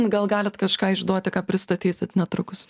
gal galit kažką išduoti ką pristatysit netrukus